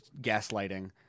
gaslighting